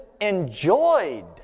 enjoyed